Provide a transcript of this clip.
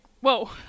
whoa